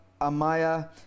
Amaya